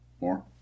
more